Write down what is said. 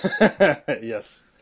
Yes